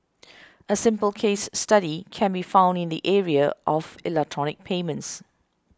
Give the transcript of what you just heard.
a simple case study can be found in the area of electronic payments